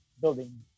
building